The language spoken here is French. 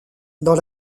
dans